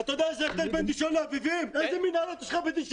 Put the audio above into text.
איזה מנהרות יש לך בדישון?